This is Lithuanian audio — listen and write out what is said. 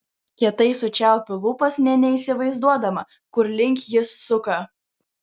kietai sučiaupiu lūpas nė neįsivaizduodama kur link jis suka